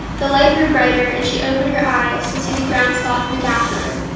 the light grew brighter, and she opened her eyes to see the ground sloth mgathrim,